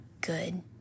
good